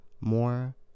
more